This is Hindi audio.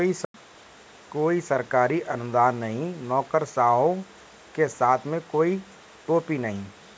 कोई सरकारी अनुदान नहीं, नौकरशाहों के हाथ में कोई टोपी नहीं